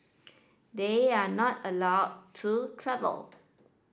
they are not allowed to travel